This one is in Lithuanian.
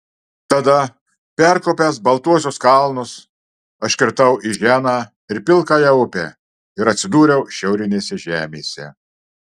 tada perkopęs baltuosius kalnus aš kirtau iženą ir pilkąją upę ir atsidūriau šiaurinėse žemėse